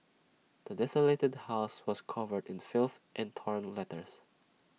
the desolated house was covered in filth and torn letters